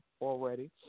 already